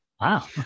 wow